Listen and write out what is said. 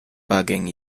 bugging